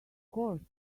course